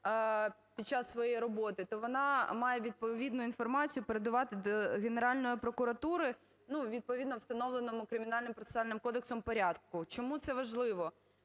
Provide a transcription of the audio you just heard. під час своєї роботи, то вона має відповідну інформацію передавати до Генеральної прокуратури у відповідно встановленому Кримінально-процесуальним кодексом порядку. Чому це важливо?